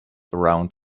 around